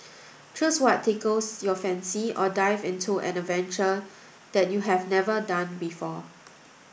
choose what tickles your fancy or dive into an adventure that you have never done before